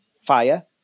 fire